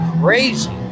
crazy